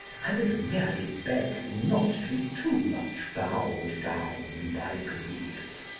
i would merely beg you not to be too much bowed down by grief.